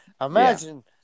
Imagine